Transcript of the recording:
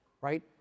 right